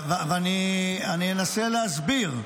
אני אנסה להסביר.